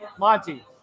Monty